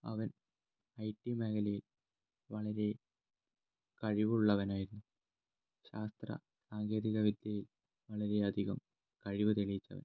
അവൻ I T മേഖലയിൽ വളരെ കഴിവുള്ളവൻ ആയിരുന്നു ശാസ്ത്രസാങ്കേതിക വിദ്യയിൽ വളരെയധികം കഴിവ് തെളിയിച്ചവൻ